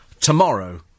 tomorrow